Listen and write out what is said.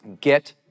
get